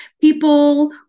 people